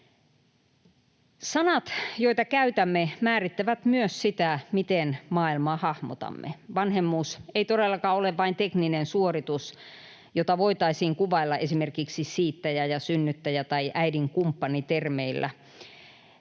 Sanat, joita käytämme, määrittävät myös sitä, miten maailmaa hahmotamme. Vanhemmuus ei todellakaan ole vain tekninen suoritus, jota voitaisiin kuvailla esimerkiksi termeillä ”siittäjä” ja ”synnyttäjä” tai ”äidin kumppani”.